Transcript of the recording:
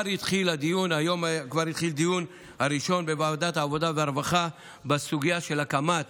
היום כבר התחיל הדיון הראשון בוועדת העבודה והרווחה בסוגיה של הקמת